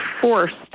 forced